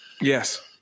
Yes